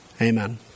Amen